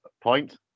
point